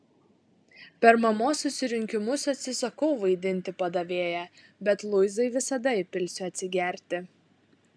per mamos susirinkimus atsisakau vaidinti padavėją bet luizai visada įpilsiu atsigerti